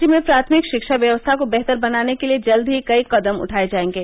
राज्य में प्राथमिक शिक्षा व्यवस्था को बेहतर बनाने के लिये जल्द ही कई कदम उठाये जायेंगे